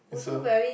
is a